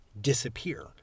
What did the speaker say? disappear